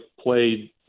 played